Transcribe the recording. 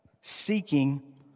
seeking